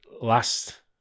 last